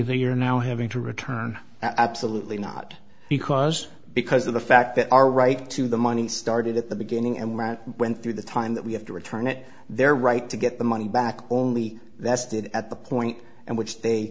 you're now having to return absolutely not because because of the fact that our right to the money started at the beginning and went through the time that we have to return it their right to get the money back only that's did at the point and which they